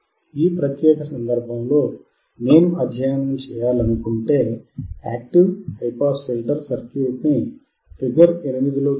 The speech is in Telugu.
ఈ ప్రత్యేక సందర్భంలో నేను అధ్యయనం చేయాలనుకుంటే active high pass filter circuit ని ఫిగర్ 8 లో చూపిన విధంగా నేను కనెక్ట్ చేయాలి